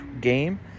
game